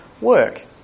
work